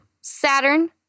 Saturn